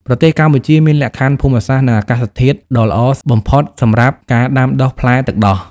ប្រទេសកម្ពុជាមានលក្ខខណ្ឌភូមិសាស្ត្រ និងអាកាសធាតុដ៏ល្អបំផុតសម្រាប់ការដាំដុះផ្លែទឹកដោះ។